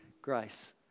Grace